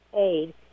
aid